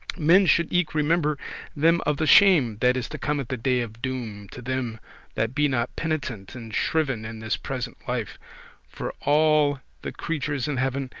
men should eke remember them of the shame that is to come at the day of doom, to them that be not penitent and shriven in this present life for all the creatures in heaven,